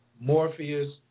Morpheus